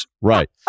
Right